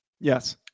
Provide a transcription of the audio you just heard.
Yes